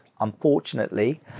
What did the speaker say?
Unfortunately